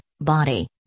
body